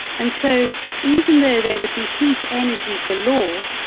and so even though there would be heat energy galore,